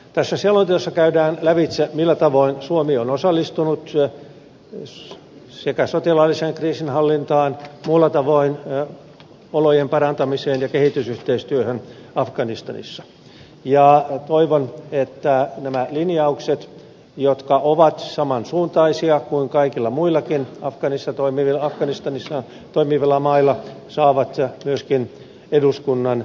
tässä selonteossa käydään lävitse millä tavoin suomi on osallistunut sotilaalliseen kriisinhallintaan sekä muulla tavoin olojen parantamiseen ja kehitysyhteistyöhön afganistanissa ja toivon että nämä linjaukset jotka ovat samansuuntaisia kuin kaikilla muillakin afganistanissa toimivilla mailla saavat myöskin eduskunnan tuen